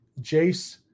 Jace